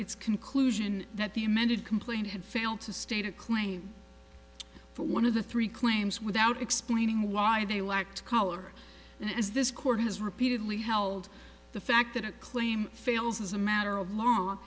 s conclusion that the amended complaint had failed to state a claim for one of the three claims without explaining why they lacked color and as this court has repeatedly held the fact that a claim fails as a matter of law